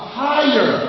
higher